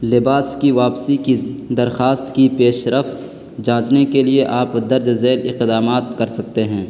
لباس کی واپسی کی درخواست کی پیش رفت جانچنے کے لیے آپ درج ذیل اقدامات کر سکتے ہیں